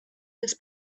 his